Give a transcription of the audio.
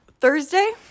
Thursday